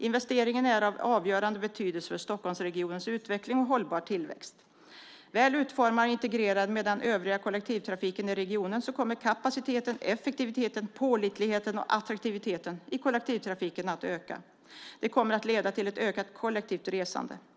Investeringen är av avgörande betydelse för Stockholmsregionens utveckling och hållbara tillväxt. Väl utformad och integrerad med den övriga kollektivtrafiken i regionen kommer kapaciteten, effektiviteten, pålitligheten och attraktiviteten i kollektivtrafiken att öka. Det kommer att leda till ett ökat kollektivt resande.